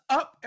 up